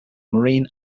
marine